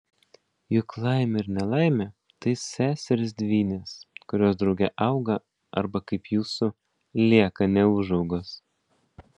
juk laimė ir nelaimė tai seserys dvynės kurios drauge auga arba kaip jūsų lieka neūžaugos